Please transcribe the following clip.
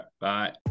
Bye